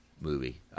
movie